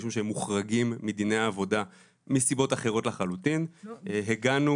מי שהם מוחרגים מדיני העבודה מסיבות אחרות לחלוטין והגנו